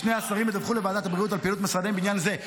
שני השרים ידווחו לוועדת הבריאות על פעילות משרדיהם בעניין זה.